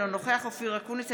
אינו נוכח אופיר אקוניס,